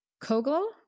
Kogel